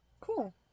cool